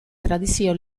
tradizio